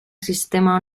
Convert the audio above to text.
sistema